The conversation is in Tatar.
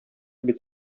бит